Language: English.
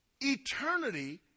Eternity